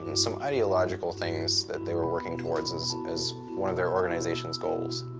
some ideological things that they were working towards as as one of their organization's goals.